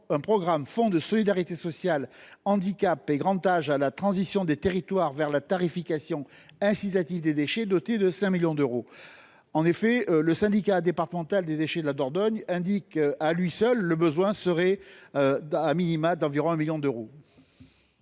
un programme « Fonds de solidarité sociale, handicap et grand âge à la transition des territoires vers la tarification incitative des déchets », doté de 5 millions d’euros. En effet, le syndicat des déchets de la Dordogne indique que le besoin serait d’au moins 1 million d’euros.